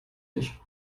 nicht